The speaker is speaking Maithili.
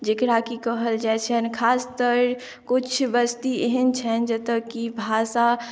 जकरा कि कहल जाइत छनि खास कऽ किछु बस्ती एहन छै जतय कि भाषा